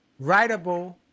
writable